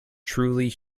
truly